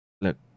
Look